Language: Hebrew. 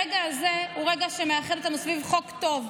הרגע הזה הוא רגע שמאחד אותנו סביב חוק טוב,